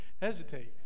hesitate